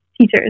teachers